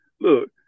look